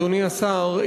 אדוני השר,